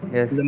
Yes